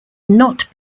not